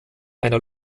einer